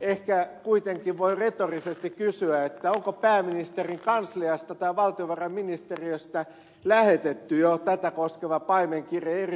ehkä kuitenkin voin retorisesti kysyä onko pääministerin kansliasta tai valtiovarainministeriöstä lähetetty jo tätä koskeva paimenkirje eri ministereille